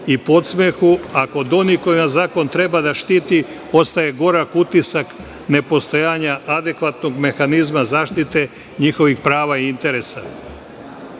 i podsmehu a kod onih koja zakon treba da štiti ostaje gorak utisak nepostojanja adekvatnog mehanizma zaštite njihovih prava i